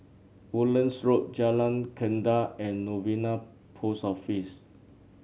Woodlands Road Jalan Gendang and Novena Post Office